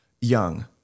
young